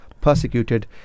persecuted